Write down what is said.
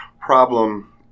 problem